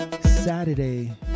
saturday